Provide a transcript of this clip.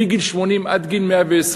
מגיל 80 עד גיל 120,